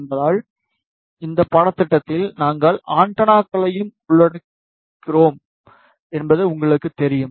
என்பதால் இந்த பாடத்திட்டத்தில் நாங்கள் ஆண்டெனாக்களையும் உள்ளடக்குகிறோம் என்பது எங்களுக்குத் தெரியும்